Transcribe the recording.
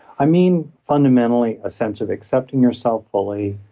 i mean fundamentally a sense of accepting yourself fully,